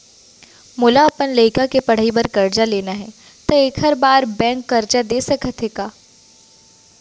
मोला अपन लइका के पढ़ई बर करजा लेना हे, त एखर बार बैंक करजा दे सकत हे का?